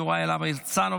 יוראי להב הרצנו,